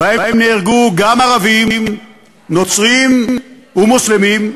ובהם נהרגו גם ערבים, נוצרים ומוסלמים,